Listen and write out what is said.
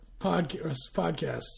podcast